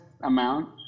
amount